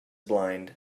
blind